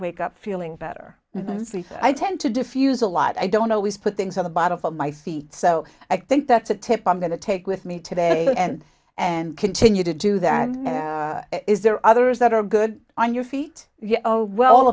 wake up feeling better i tend to diffuse a lot i don't always put things on the bottom of my feet so i think that's a tip i'm going to take with me today and and continue to do that is there are others that are good on your feet oh well